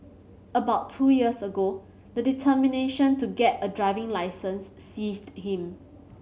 about two years ago the determination to get a driving licence seized him